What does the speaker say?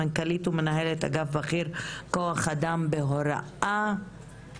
סמנכ"לית ומנהלת אגף בכיר כוח אדם בהוראה ממשרד החינוך.